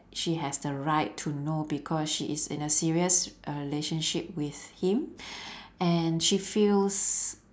she has the right to know because she is in a serious uh relationship with him and she feels